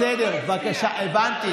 בסדר, בבקשה, הבנתי.